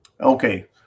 Okay